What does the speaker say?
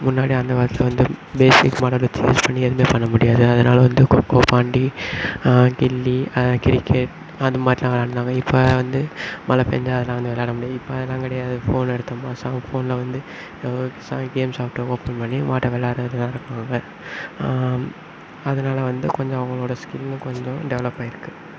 முன்னாடி அந்த காலத்தில் வந்து பேசிக் மாடல் வச்சு யூஸ் பண்ணி வந்து எதுவுமே பண்ண முடியாது அதனால் வந்து கொக்கோ பாண்டி கில்லி கிரிக்கெட் அது மாதிரிலாம் விளாண்டாங்க இப்போ வந்து மழை பேஞ்சால் அதெலாம் வந்து விளாட முடியாது இப்போ அதெலாம் கிடையாது ஃபோனில் எடுத்தோமா ஃபோனில் வந்து கேம் சாஃப்ட்வேர் ஓப்பன் பண்ணி விளாடுறதுனால அதனால் வந்து கொஞ்சம் அவங்களோட ஸ்கில்லும் கொஞ்சம் டெவலப் ஆகிருக்கு